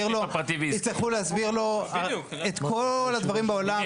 יצטרכו להסביר לו את כל הדברים בעולם.